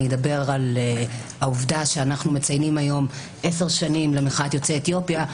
אני אדבר על העובדה שאנחנו מציינים היום עשר שנים למחאת יוצאי אתיופיה,